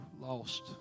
lost